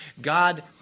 God